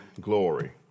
glory